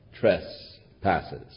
trespasses